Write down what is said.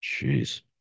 Jeez